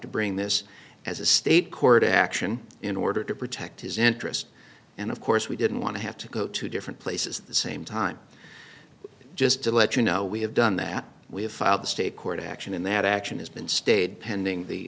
to bring this as a state court action in order to protect his interest and of course we didn't want to have to go to different places the same time just to let you know we have done that we have filed the state court action and that action has been stayed pending the